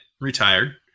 retired